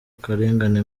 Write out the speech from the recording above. karengane